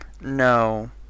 no